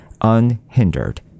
unhindered